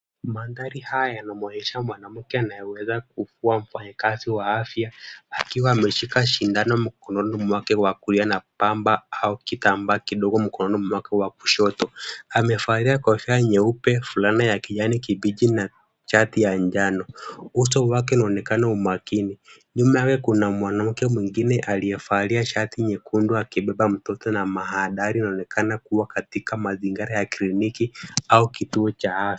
Mandhari haya yanamwonyesha mwanamke anayeweza kukuwa mfanyikazi wa afya akiwa ameshika sindano mkononi mwake wa kulia na pamba au kitambaa kidogo mkononi mwake wa kushoto. Amevalia kofia nyeupe, fulana ya kijani kibichi na shati ya njano. Uso wake unaonekana umakini. Nyuma yake kuna mwanamke mwingine aliyevalia shati nyekundu akibeba mtoto na mandhari inaonekana kuwa katika kliniki au kituo cha afya.